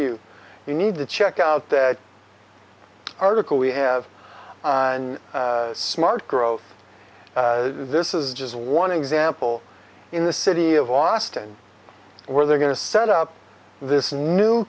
you you need to check out that article we have smart growth this is just one example in the city of austin where they're going to set up this new